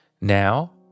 Now